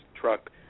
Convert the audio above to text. truck